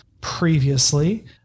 previously